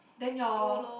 then your